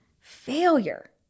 Failure